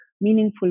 meaningful